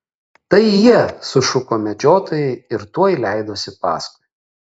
tai jie sušuko medžiotojai ir tuoj leidosi paskui